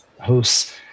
hosts